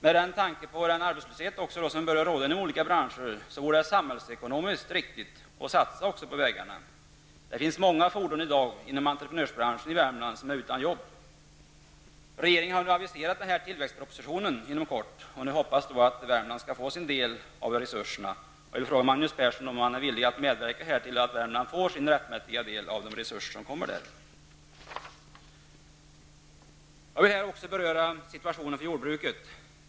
Med tanke på den arbetslöshet som börjar råda inom olika branscher vore det även samhällsekonomiskt riktigt att satsa på vägarna. Det finns i Värmland många fordonsförare inom entreprenörsbranschen som i dag är utan jobb. Regeringen har ju aviserat en tillväxtproposition inom kort, och jag hoppas att Värmland skall få sin del av resurserna. Jag vill fråga Magnus Persson om han är villig att medverka till att Värmland får sin rättmätiga del av dessa resurser. Jag vill här också beröra situationen för jordbruket.